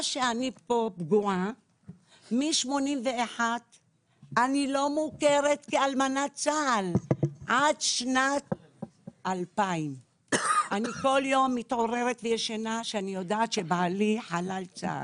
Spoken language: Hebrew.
אני פגועה כי מ-81' אני לא מוכרת כאלמנת צה"ל עד שנת 2000. אני כל יום מתעוררת וישנה כשאני יודעת שבעלי חלל צה"ל.